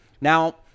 Now